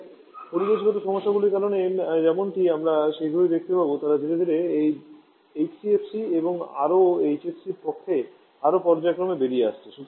তবে পরিবেশগত সমস্যাগুলির কারণে যেমনটি আমরা শীঘ্রই দেখতে পাব তারা ধীরে ধীরে এইচসিএফসি এবং আরও এইচএফসি র পক্ষে আরও পর্যায়ক্রমে বেরিয়ে আসছে